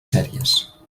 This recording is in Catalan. sèries